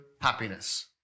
happiness